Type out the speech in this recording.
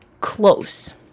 close